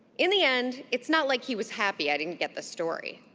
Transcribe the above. in the end, it's not like he was happy i didn't get the story.